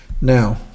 Now